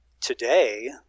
today